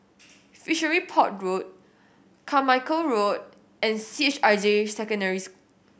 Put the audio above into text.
Fishery Port Road Carmichael Road and C H I J Secondary